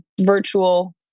virtual